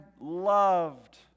loved